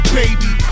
baby